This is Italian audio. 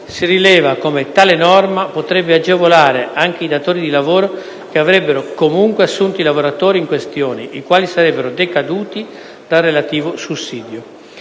si rileva come tale norma potrebbe agevolare anche i datori di lavoro che avrebbero, comunque, assunto i lavoratori in questione, i quali sarebbero decaduti dal relativo sussidio;